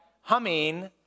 humming